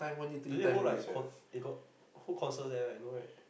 do they hold like code they got hold concert there right no right